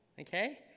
Okay